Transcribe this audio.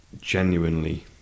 genuinely